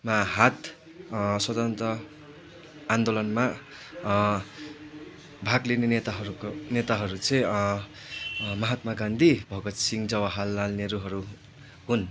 मा हात स्वतन्त्र आन्दोलनमा भाग लिने नेताहरूका नेताहरू चाहिँ महात्मा गान्धी भगत सिँह जवहारलाल नेहरुहरू हुन्